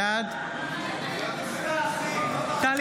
בעד טלי